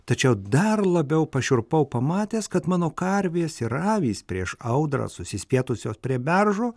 tačiau dar labiau pašiurpau pamatęs kad mano karvės ir avys prieš audrą susispietusios prie beržo